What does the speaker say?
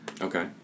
Okay